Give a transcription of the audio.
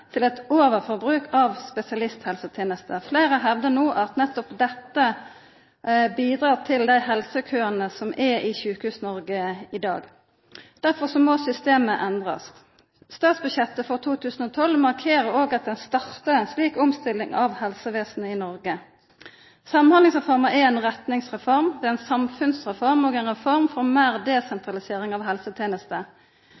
til eit overforbruk av spesialisthelsetenester. Fleire hevdar no at nettopp dette bidreg til dei helsekøane som er i Sjukehus-Noreg i dag. Derfor må systemet endrast. Statsbudsjettet for 2012 markerer òg at ein startar ei slik omstilling av helsevesenet i Noreg. Samhandlingsreforma er ei retningsreform – ei samfunnsreform og ei reform for meir